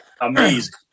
Amazing